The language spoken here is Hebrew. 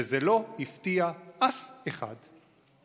וזה לא הפתיע אף אחד.